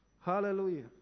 Hallelujah